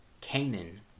Canaan